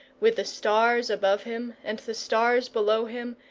with the stars above him, and the stars below him,